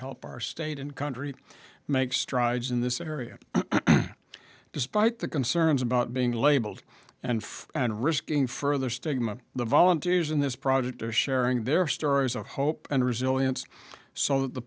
help our state and country make strides in this area despite the concerns about being labeled and for and risking further stigma the volunteers in this project are sharing their stories of hope and resilience so th